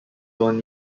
born